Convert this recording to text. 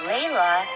Layla